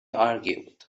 argued